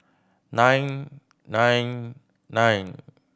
nine nine nine